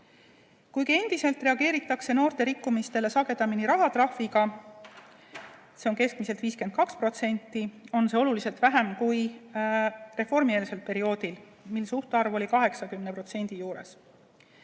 Kuigi endiselt reageeritakse noorte rikkumistele sagedamini rahatrahviga – see on keskmiselt 52% –, on see oluliselt vähem kui reformieelsel perioodil, kui see suhtarv oli 80% ringis.